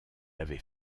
avait